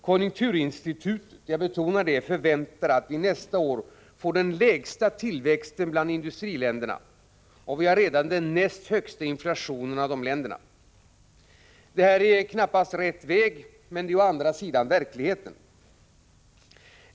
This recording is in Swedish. Konjunkturinstitutet — jag betonar det — förväntar att vi nästa år får den lägsta tillväxten bland industriländerna, och vi har redan den näst högsta inflationen bland de länderna. Det här är knappast ”rätt väg”, men det är verkligheten.